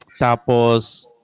Tapos